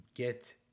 get